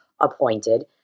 appointed